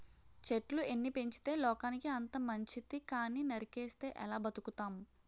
చెట్లు ఎన్ని పెంచితే లోకానికి అంత మంచితి కానీ నరికిస్తే ఎలా బతుకుతాం?